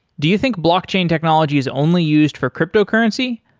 do you think blockchain technology is only used for cryptocurrency?